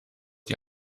die